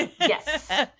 yes